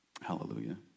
Hallelujah